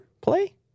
play